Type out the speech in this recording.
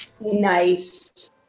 Nice